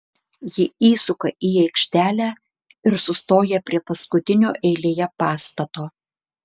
ji įsuka į aikštelę ir sustoja prie paskutinio eilėje pastato